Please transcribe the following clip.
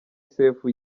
sefu